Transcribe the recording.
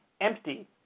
empty